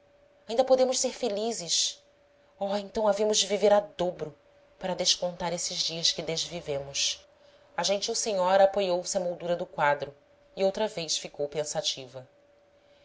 ainda podemos ser felizes oh então havemos de viver a dobro para descontar esses dias que desvivemos a gentil senhora apoiou se à moldura do quadro e outra vez ficou pensativa